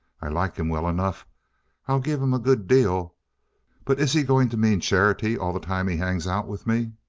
i like him well enough i'll give him a good deal but is he going to mean charity all the time he hangs out with me?